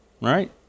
right